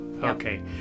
Okay